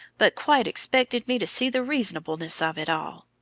but quite expected me to see the reasonableness of it all!